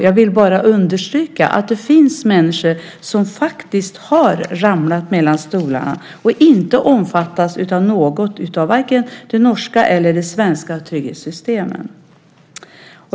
Jag vill bara understryka att det finns människor som faktiskt ramlat mellan stolarna och inte omfattas av något av vare sig de norska eller svenska trygghetssystemen.